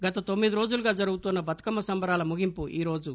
గత తొమ్మి ది రోజులుగా జరుగుతోన్న బతుకమ్మ సంబరాల ముగింపు ఈరోజు